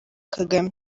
kagame